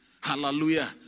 Hallelujah